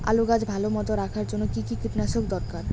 আলুর গাছ ভালো মতো রাখার জন্য কী কী কীটনাশক দরকার?